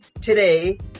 today